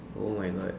oh my god